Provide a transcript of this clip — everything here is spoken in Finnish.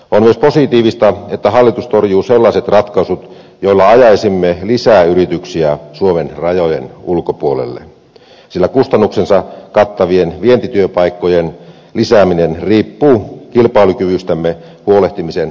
on myös positiivista että hallitus torjuu sellaiset ratkaisut joilla ajaisimme lisää yrityksiä suomen rajojen ulkopuolelle sillä kustannuksensa kattavien vientityöpaikkojen lisääminen riippuu kilpailukyvystämme huolehtimisen onnistumisesta